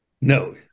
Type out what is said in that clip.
No